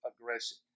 aggressive